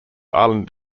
island